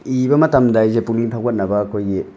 ꯏꯕ ꯃꯇꯝꯗ ꯑꯩꯖꯦ ꯄꯨꯛꯅꯤꯡ ꯊꯧꯒꯠꯅꯕ ꯑꯩꯈꯣꯏꯒꯤ